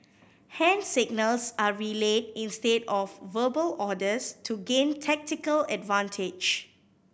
hand signals are relayed instead of verbal orders to gain tactical advantage